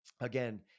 again